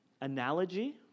analogy